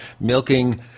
milking